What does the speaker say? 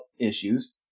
issues